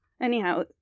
Anyhow